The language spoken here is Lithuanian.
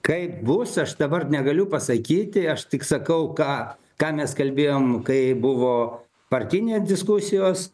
kaip bus aš dabar negaliu pasakyti aš tik sakau ką ką mes kalbėjom kai buvo partinė diskusijos